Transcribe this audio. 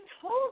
told